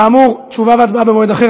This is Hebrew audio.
כאמור, תשובה והצבעה במועד אחר.